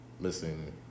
listen